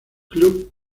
club